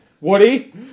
Woody